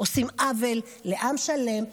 עושים עוול לעם שלם,